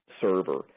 server